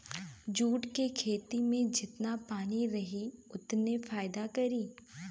jute के खेती में जेतना पानी रही ओतने फायदा करी